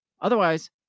Otherwise